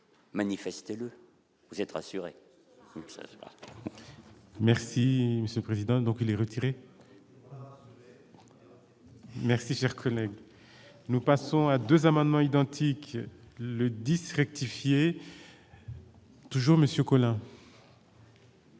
manifester le vous êtes rassuré.